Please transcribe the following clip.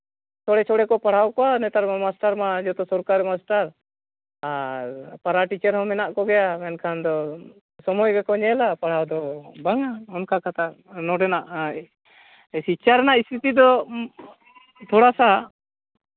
ᱪᱷᱚᱲᱮ ᱪᱷᱚᱲᱮ ᱠᱚ ᱯᱟᱲᱦᱟᱣ ᱠᱚᱣᱟ ᱱᱮᱛᱟᱨ ᱢᱟ ᱢᱟᱥᱴᱟᱨ ᱢᱟ ᱡᱚᱛᱚ ᱥᱚᱨᱠᱟᱨᱤ ᱢᱟᱥᱴᱟᱨ ᱟᱨ ᱯᱮᱨᱟ ᱴᱤᱪᱟᱨ ᱦᱚᱸ ᱢᱮᱱᱟᱜ ᱠᱚᱜᱮᱭᱟ ᱢᱮᱱᱠᱷᱟᱱ ᱫᱚ ᱥᱚᱢᱚᱭ ᱜᱮᱠᱚ ᱧᱮᱞᱟ ᱯᱟᱲᱦᱟᱣ ᱫᱚ ᱵᱟᱝᱟ ᱚᱱᱠᱟ ᱠᱟᱛᱷᱟ ᱱᱚᱰᱮᱱᱟᱜ ᱥᱤᱪᱪᱷᱟ ᱨᱮᱱᱟᱜ ᱤᱥᱤᱯᱤ ᱫᱚ ᱛᱷᱚᱲᱟᱥᱟ